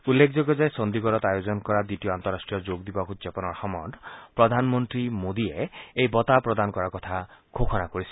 উল্লেখযোগ্য যে চণ্ডীগড়ত আয়োজন কৰা দ্বিতীয় আন্তঃৰট্টীয় যোগ দিৱস উদযাপনৰ সময়ত প্ৰধানমন্ত্ৰীয়ে এই বঁটা প্ৰদান কৰাৰ কথা ঘোষণা কৰিছিল